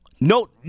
no